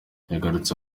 yagarutse